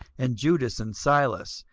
and judas and silas,